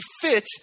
fit